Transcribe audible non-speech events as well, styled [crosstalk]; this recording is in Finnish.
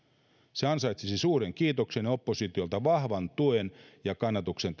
ohjelma ansaitsisi suuren kiitoksen ja oppositiolta vahvan tuen ja kannatuksen [unintelligible]